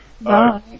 Bye